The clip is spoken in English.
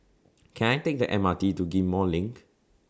Can I Take The M R T to Ghim Moh LINK